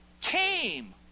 came